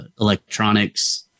electronics